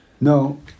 No